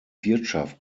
wirtschaft